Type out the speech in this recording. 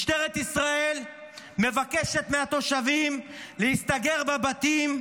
משטרת ישראל מבקשת מהתושבים להסתגר בבתים,